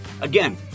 Again